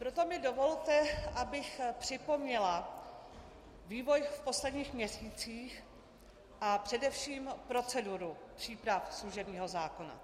Proto mi dovolte, abych připomněla vývoj v posledních měsících a především proceduru příprav služebního zákona.